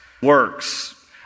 works